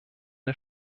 der